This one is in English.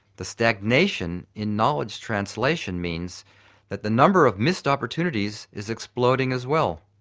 the stagnation in knowledge translation means that the number of missed opportunities is exploding as well.